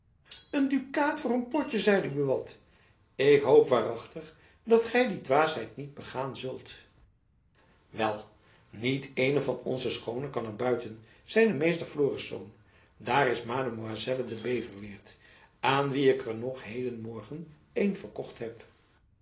een dukaat voor een potjen zeide buat ik hoop waarachtig dat gy die dwaasheid niet begaan zult wel niet eene van onze schoonen kan er buiten zeide meester florisz daar is mademoiselle van beverweert aan wie ik er nog heden morgen een verkocht heb